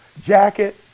jacket